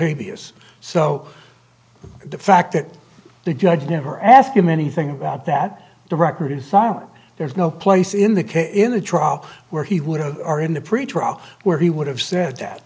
habeas so the fact that the judge never ask him anything about that the record is silent there's no place in the case in the trial where he would have are in the pretrial where he would have said that